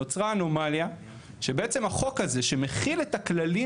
נוצרה אנומליה שבעצם החוק הזה שמכיל את הכללים